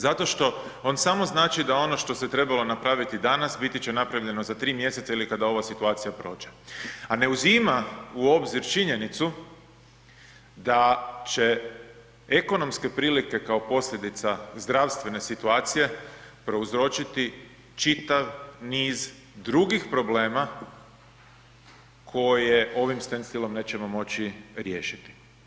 Zato što on samo znači da ono što se trebalo napravili danas biti će napravljeno za tri mjeseca ili kada ova situacija prođe, a ne uzima u obzir činjenicu da će ekonomske prilike kao posljedica zdravstvene situacije prouzročiti čitav niz drugih problema koje ovim stand stillom nećemo moći riješiti.